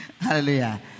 Hallelujah